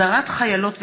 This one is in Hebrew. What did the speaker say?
הדרת חיילות וקצינות,